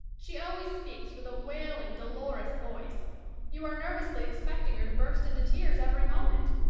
she always speaks with a wailing, dolorous voice you are nervously expecting her to burst into tears every moment.